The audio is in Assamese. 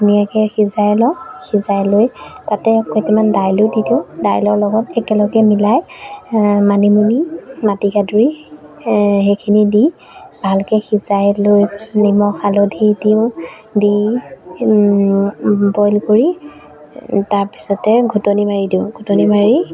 ধুনীয়াকে সিজাই লওঁ সিজাই লৈ তাতে কেইটামান দাইলো দি দিওঁ দাইলৰ লগত একেলগে মিলাই মানিমুনি মাটিকাদুৰী সেইখিনি দি ভালকে সিজাই লৈ নিমখ হালধি দিওঁ দি বইল কৰি তাৰপিছতে ঘোটনি মাৰি দিওঁ ঘোটনি মাৰি